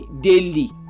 daily